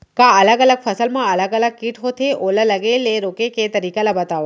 का अलग अलग फसल मा अलग अलग किट होथे, ओला लगे ले रोके के तरीका ला बतावव?